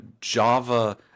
Java